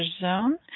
Zone